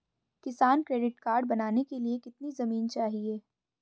किसान credit card बनाने के लिए कितनी जमीन चाहिए?